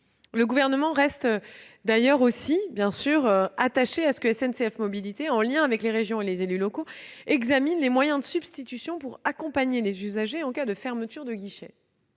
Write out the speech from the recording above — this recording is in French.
Le Gouvernement reste par ailleurs attaché à ce que SNCF Mobilités, en liaison avec les régions et les élus locaux, examine les moyens de substitution pour accompagner les usagers en cas de fermeture de guichets